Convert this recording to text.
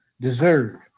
deserve